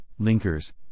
linkers